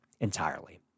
entirely